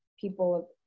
people